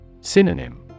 Synonym